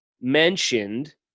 mentioned